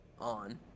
On